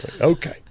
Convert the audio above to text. Okay